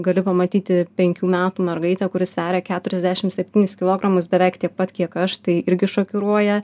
gali pamatyti penkių metų mergaitę kuri sveria keturiasdešim septynis kilogramus beveik tiek pat kiek aš tai irgi šokiruoja